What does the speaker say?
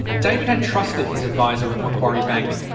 david had trusted his adviser at macquarie bank.